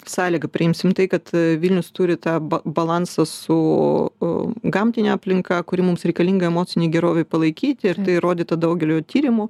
sąlygą priimsim tai kad vilnius turi tą ba balansą su gamtine aplinka kuri mums reikalinga emocinei gerovei palaikyti ir tai įrodyta daugeliu tyrimu